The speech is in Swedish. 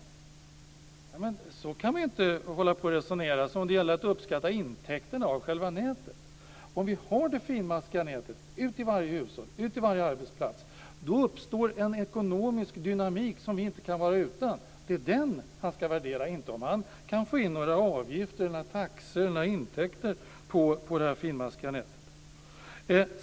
Men så kan man ju inte resonera, som om det gällde att uppskatta intäkten av själva nätet. Om vi har det finmaskiga nätet ut till varje hushåll och ut till varje arbetsplats, då uppstår en ekonomisk dynamik som vi inte kan vara utan. Det är den han ska värdera, inte om man kan få in några avgifter, taxor eller intäkter från det finmaskiga nätet.